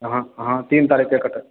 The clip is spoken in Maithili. हँ हँ तीन तारीख़ के कटल